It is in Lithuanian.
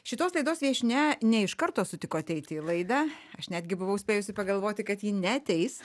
šitos laidos viešnia ne iš karto sutiko ateiti į laidą aš netgi buvau spėjusi pagalvoti kad ji neateis